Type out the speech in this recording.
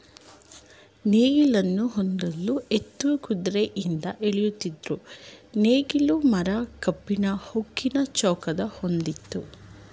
ನೇಗಿಲನ್ನು ಮೊದ್ಲು ಎತ್ತು ಕುದ್ರೆಯಿಂದ ಎಳಿತಿದ್ರು ನೇಗ್ಲು ಮರ ಕಬ್ಬಿಣ ಉಕ್ಕಿನ ಚೌಕಟ್ ಹೊಂದಯ್ತೆ